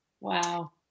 wow